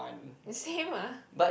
the same ah